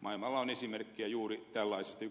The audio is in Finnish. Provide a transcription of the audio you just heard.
maailmalla on esimerkkejä juuri tällaisista